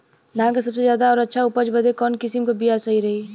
धान क सबसे ज्यादा और अच्छा उपज बदे कवन किसीम क बिया सही रही?